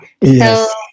Yes